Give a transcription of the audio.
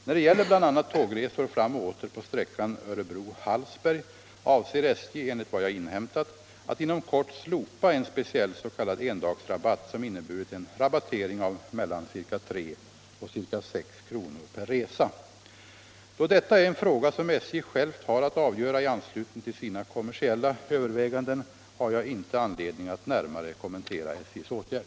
När det gäller bl.a. tågresor fram och åter på sträckan Örebro-Hallsberg avser SJ — enligt vad jag inhämtat — att inom kort slopa en speciell s.k. endagsrabatt som inneburit en rabattering av mellan ca 3 och ca 6 kr. per resa. Då detta är en fråga som SJ självt har att avgöra i anslutning till sina kommersiella överväganden, har jag inte anledning att närmare kommentera SJ:s åtgärd.